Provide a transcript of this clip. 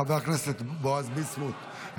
חבר הכנסת בועז ביסמוט,